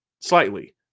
slightly